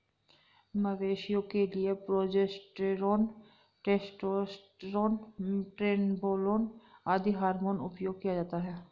मवेशियों के लिए प्रोजेस्टेरोन, टेस्टोस्टेरोन, ट्रेनबोलोन आदि हार्मोन उपयोग किया जाता है